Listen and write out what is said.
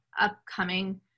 upcoming